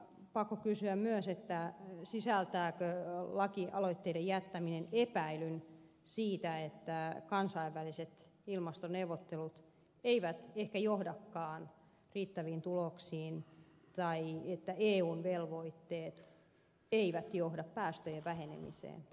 pakko kysyä myös että sisältääkö lakialoitteiden jättäminen epäilyn siitä että kansainväliset ilmastoneuvottelut eivät ehkä johdakaan riittäviin tuloksiin tai että eun velvoitteet eivät johda päästöjen vähenemiseen